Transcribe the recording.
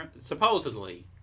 supposedly